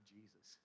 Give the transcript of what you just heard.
Jesus